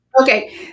Okay